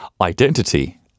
identity